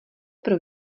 pro